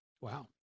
Wow